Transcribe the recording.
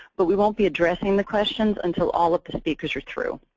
but we won't be addressing the questions until all of the speakers are through.